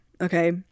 okay